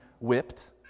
whipped